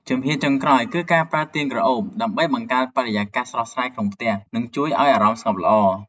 ជំហានចុងក្រោយគឺការប្រើទៀនក្រអូបដើម្បីបង្កើតបរិយាកាសស្រស់ស្រាយក្នុងផ្ទះ និង ជួយឱ្យអារម្មណ៍ស្ងប់ល្អ